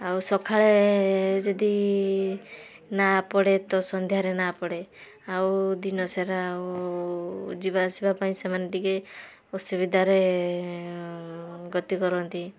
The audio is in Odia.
ଆଉ ସକାଳେ ଯଦି ନାଆ ପଡ଼େ ତ ସନ୍ଧ୍ୟାରେ ନାଆ ପଡ଼େ ଆଉ ଦିନସାରା ଆଉ ଯିବାଆସିବା ପାଇଁ ସେମାନେ ଟିକେ ଅସୁବିଧାରେ ଗତି କରନ୍ତି